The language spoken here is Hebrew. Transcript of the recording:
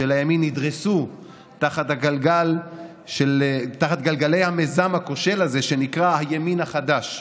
נדרסו תחת גלגלי המיזם הכושל הזה שנקרא "הימין החדש"